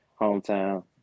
hometown